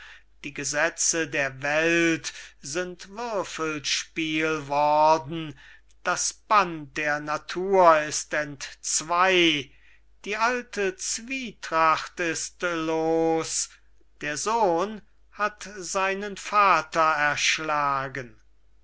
die gesetze der welt sind würfelspiel worden das band der natur ist entzwey die alte zwietracht ist los der sohn hat seinen vater erschlagen